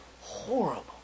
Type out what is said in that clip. horrible